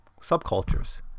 subcultures